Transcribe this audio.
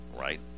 right